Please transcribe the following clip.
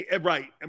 Right